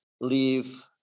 leave